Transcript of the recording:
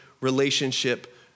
relationship